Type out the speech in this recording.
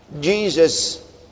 Jesus